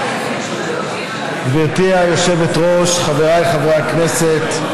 גברתי היושבת-ראש, חבריי חברי הכנסת,